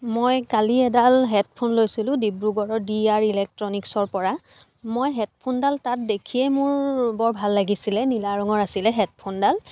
মই কালি এডাল হেডফোন লৈছিলোঁ ডিব্ৰুগড়ৰ ডি আৰ ইলেক্ট্ৰণিক্সৰ পৰা মই হেডফোনডাল তাত দেখিয়ে মোৰ বৰ ভাল লাগিছিলে নীলা ৰঙৰ আছিলে হেডফোনডাল